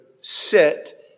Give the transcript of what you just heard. sit